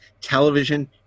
television